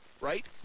Right